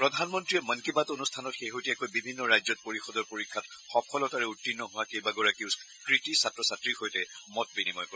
প্ৰধানমন্ত্ৰীয়ে মন কী বাত অনুষ্ঠানত শেহতীয়াকৈ বিভিন্ন ৰাজ্যত পৰিষদৰ পৰীক্ষাত সফলতাৰে উত্তীৰ্ণ হোৱা কেইবাগৰাকীও কৃতি ছাত্ৰ ছাত্ৰীৰ সৈতে মত বিনিময় কৰে